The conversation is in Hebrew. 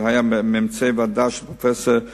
היו ממצאי ועדה של פרופסור אבנימלך,